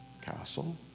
Castle